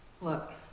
look